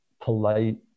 polite